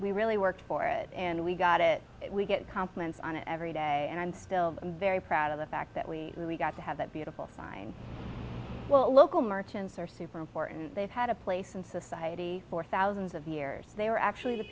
we really work for it and we got it we get compliments on it every day and i'm still very proud of the fact that we really got to have that beautiful sign well local merchants are super important they've had a place in society for thousands of years they were actually the